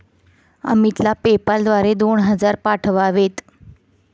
अमितला पेपाल द्वारे दोन हजार पाठवावेत